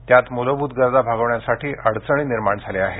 त्यात मुलभूत गरजा भागविण्यासाठी अडचणी निर्माण झाल्या आहेत